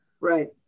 Right